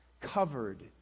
covered